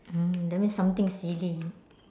mm that means something silly